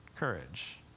courage